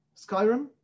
Skyrim